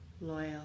loyal